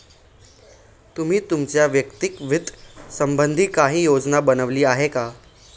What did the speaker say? तुम्ही तुमच्या वैयक्तिक वित्त संबंधी काही योजना बनवली आहे का?